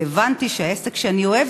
וככה הוא